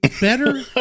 better